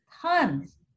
tons